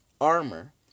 armor